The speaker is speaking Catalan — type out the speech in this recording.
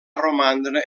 romandre